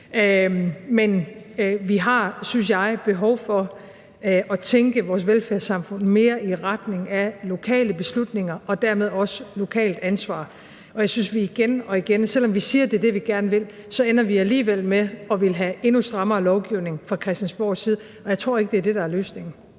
Men vi har, synes jeg, behov for at tænke vores velfærdssamfund mere i retning af lokale beslutninger og dermed også lokalt ansvar. Jeg synes, at vi igen og igen, selv om vi siger, at det er det, vi ikke vil, alligevel ender med at ville have endnu strammere lovgivning fra Christiansborgs side, og jeg tror ikke, at det er det, der er løsningen.